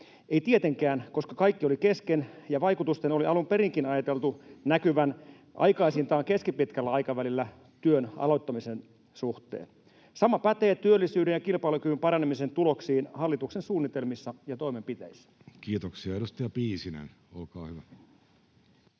Ei tietenkään, koska kaikki oli kesken ja vaikutusten oli alun perinkin ajateltu näkyvän aikaisintaan keskipitkällä aikavälillä työn aloittamisen suhteen. Sama pätee työllisyyden ja kilpailukyvyn paranemisen tuloksiin hallituksen suunnitelmissa ja toimenpiteissä. [Speech 285] Speaker: